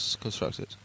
constructed